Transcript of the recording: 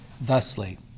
thusly